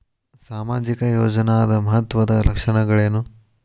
ಸಾಮಾಜಿಕ ಯೋಜನಾದ ಮಹತ್ವದ್ದ ಲಕ್ಷಣಗಳೇನು?